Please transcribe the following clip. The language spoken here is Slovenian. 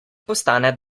postane